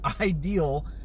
ideal